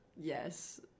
Yes